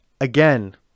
again